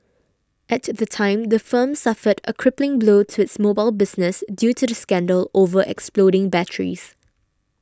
at the time the firm suffered a crippling blow to its mobile business due to the scandal over exploding batteries